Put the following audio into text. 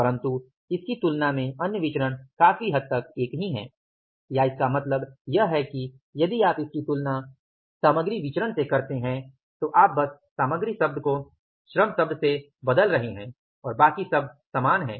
परन्तु इसकी तुलना में अन्य विचरण काफी हद तक एक ही हैं या इसका मतलब यह है कि यदि आप इनकी तुलना सामग्री विचरण से करते हैं तो आप बस सामग्री शब्द को श्रम शब्द से बदल रहे हैं और बाकि सब समान हैं